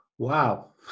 Wow